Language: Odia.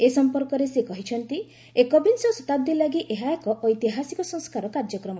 ଏ ସମ୍ପର୍କରେ ସେ କହିଛନ୍ତି ଏକବିଂଶ ଶତାବ୍ଦୀ ଲାଗି ଏହା ଏକ ଐତିହାସିକ ସଂସ୍କାର କାର୍ଯ୍ୟକ୍ରମ